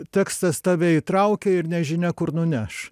tekstas tave įtraukia ir nežinia kur nuneš